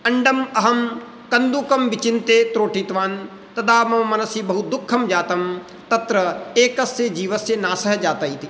अण्डम् अहं कन्दुकं विचिन्त्य त्रोटितवान् तदा मम मनसि बहुदुःखं जातं तत्र एकस्य जीवस्य नाशः जातः इति